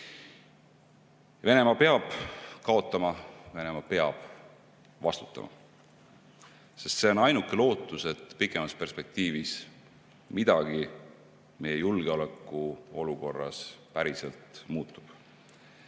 peab kaotama, Venemaa peab vastutama, sest see on ainuke lootus, et pikemas perspektiivis midagi meie julgeolekuolukorras päriselt muutub.